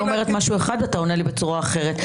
אני אומרת משהו אחד, אתה עונה לי בצורה אחרת.